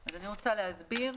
אני רוצה להסביר.